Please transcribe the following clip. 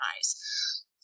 eyes